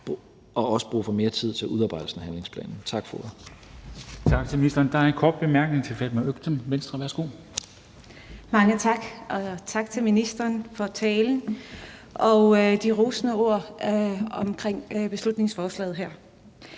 også brug for mere tid til udarbejdelse af handlingsplanen.